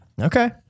okay